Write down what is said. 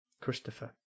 Christopher